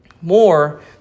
more